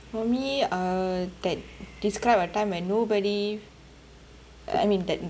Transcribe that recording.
for me uh that describe a time when nobody I mean that